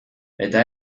eta